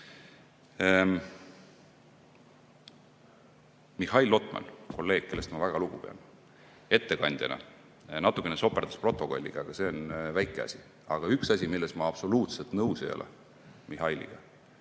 Mihhail Lotman, kolleeg, kellest ma väga lugu pean, ettekandjana natukene soperdas protokolliga, aga see on väike asi. Aga üks asi, milles ma absoluutselt Mihhailiga